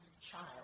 child